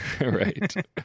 right